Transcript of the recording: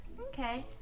Okay